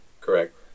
Correct